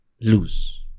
lose